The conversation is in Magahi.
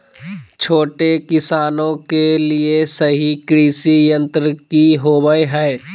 छोटे किसानों के लिए सही कृषि यंत्र कि होवय हैय?